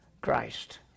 Christ